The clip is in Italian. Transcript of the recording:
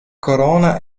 corona